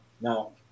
Now